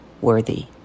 worthy